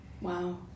Wow